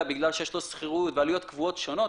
בגלל שיש לו שכירות ועלויות קבועות שונות,